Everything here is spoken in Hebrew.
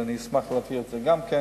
ואני אשמח להבהיר גם את זה.